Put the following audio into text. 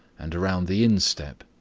and round the instep,